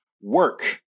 work